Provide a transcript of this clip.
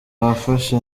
wafashe